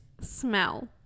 smell